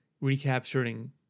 recapturing